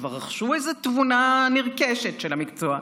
שכבר רכשו איזו תבונה נרכשת של המקצוע,